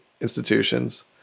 institutions